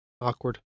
Awkward